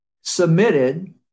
submitted